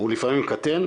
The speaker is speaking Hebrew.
הוא לפעמים קטן,